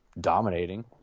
dominating